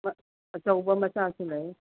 ꯑꯆꯧꯕ ꯃꯆꯥꯁꯨ ꯂꯩꯌꯦ